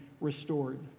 restored